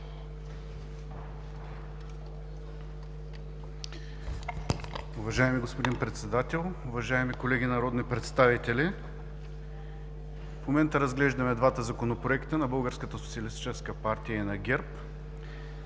Уважаеми господин Председател, уважаеми колеги народни представители! В момента разглеждаме два законопроекта – на